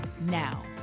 Now